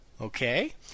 Okay